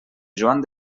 joan